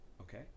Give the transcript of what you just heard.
Okay